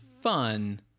fun